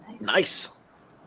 Nice